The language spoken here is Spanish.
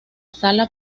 sala